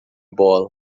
bola